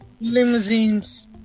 Limousines